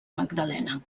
magdalena